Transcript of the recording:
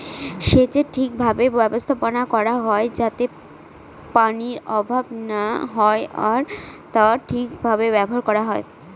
সেচের ঠিক ভাবে ব্যবস্থাপনা করা হয় যাতে পানির অভাব না হয় আর তা ঠিক ভাবে ব্যবহার করা হয়